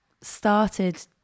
started